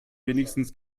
wenigstens